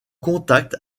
contact